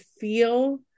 feel